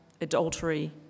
adultery